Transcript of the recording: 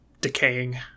decaying